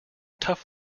tough